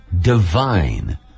divine